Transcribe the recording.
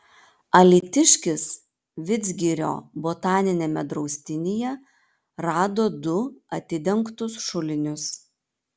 alytiškis vidzgirio botaniniame draustinyje rado du atidengtus šulinius